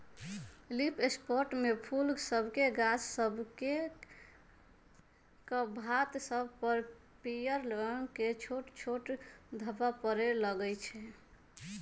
leaf spot में फूल सभके गाछ सभकेक पात सभ पर पियर रंग के छोट छोट ढाब्बा परै लगइ छै